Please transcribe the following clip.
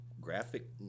graphic